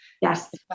Yes